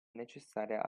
necessaria